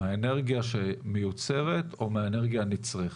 מהאנרגיה שמיוצרת או מהאנרגיה הנצרכת?